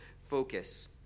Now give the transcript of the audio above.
focus